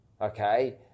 okay